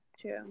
True